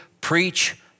preach